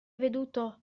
veduto